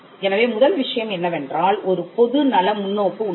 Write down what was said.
எனவே முதல் விஷயம் என்னவென்றால் ஒரு பொதுநல முன்னோக்கு உள்ளது